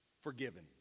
forgiven